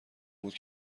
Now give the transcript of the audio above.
بود